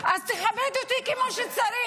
אז תכבד אותי כמו שצריך.